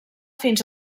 fins